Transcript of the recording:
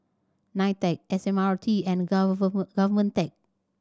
NITEC S M R T and GovTech